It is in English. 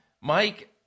Mike